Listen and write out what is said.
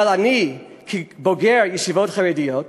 אבל אני, כבוגר ישיבות חרדיות,